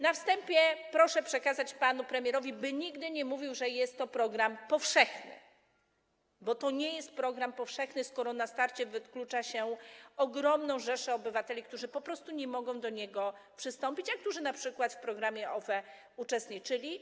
Na wstępie proszę przekazać panu premierowi, by nigdy nie mówił, że jest to program powszechny, bo to nie jest program powszechny, skoro na starcie wyklucza się ogromną rzeszę obywateli, którzy po prostu nie mogą do niego przystąpić, a którzy np. w programie OFE uczestniczyli.